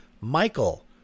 Michael